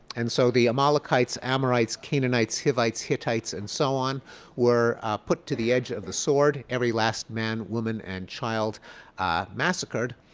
and so, the amalekites, amorites, canaanites, hittites, and so on were put to the edge of the sword, every last man, woman, and child massacred.